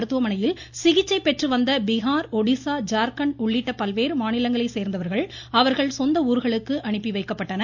மருத்துவமனையில் சிகிச்சை பெற்று வந்த பீகார் ஒடிசா ஜார்கண்ட் உள்ளிட்ட பல்வேறு மாநிலங்களைச் சோந்தவர்கள் அவர்கள் சொந்த ஊர்களுக்கு அனுப்பி வைக்கப்பட்டனர்